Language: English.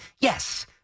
Yes